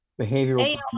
Behavioral